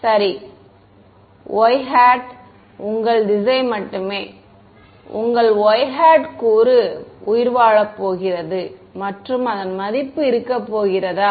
மாணவர் சரி y உங்கள் திசை மட்டுமே உங்கள் y கூறு உயிர்வாழப் போகிறது மற்றும் அதன் மதிப்பு இருக்கப் போகிறதா